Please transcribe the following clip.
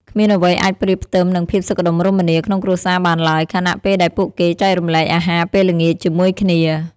គ្មានអ្វីអាចប្រៀបផ្ទឹមនឹងភាពសុខដុមរមនាក្នុងគ្រួសារបានឡើយ ខណៈពេលដែលពួកគេចែករំលែកអាហារពេលល្ងាចជាមួយគ្នា។